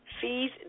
fees